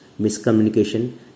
miscommunication